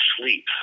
sleep